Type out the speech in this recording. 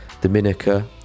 Dominica